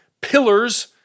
pillars